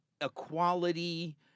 equality